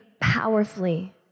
powerfully